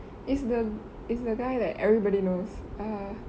it's the it's the guy that everybody knows err